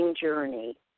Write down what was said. journey